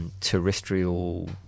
Terrestrial